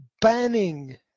banning